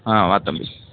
ஆ வா தம்பி